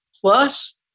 Plus